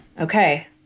Okay